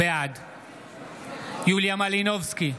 בעד יוליה מלינובסקי,